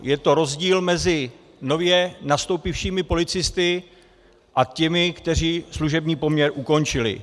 Je to rozdíl mezi nově nastoupivšími policisty a těmi, kteří služební poměr ukončili.